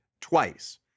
twice